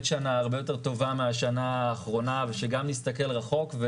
שנה הרבה יותר טובה מהשנה האחרונה ושגם נסתכל רחוק.